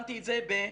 שמתי את זה בסוגריים.